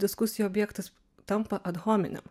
diskusijų objektas tampa adhominem